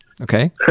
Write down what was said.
okay